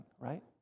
right